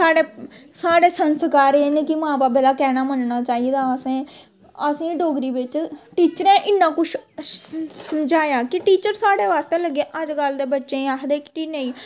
साढ़े साढ़े संस्कार एह् न कि मां बब्ब दा कैह्ना मनना चाहिदा असें गी असें गी डोगरी बिच्च टीचरें इन्ना कुछ समझाया कि टीचर साढ़ै बास्तै लग्गे अजकल्ल दे बच्चें गी आखदे कि नेईं